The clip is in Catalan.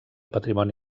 patrimoni